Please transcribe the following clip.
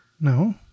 No